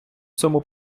цьому